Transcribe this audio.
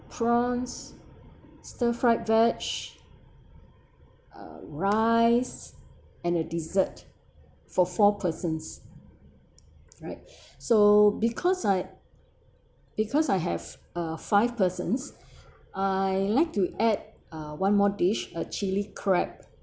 prawns stir fried veg uh rice and a dessert for four persons right so because I because I have uh five persons I like to add uh one more dish a chili crab